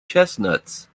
chestnuts